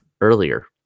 earlier